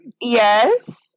Yes